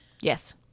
Yes